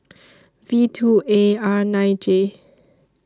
V two A R nine J